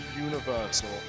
Universal